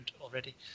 already